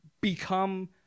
become